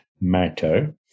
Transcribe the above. matter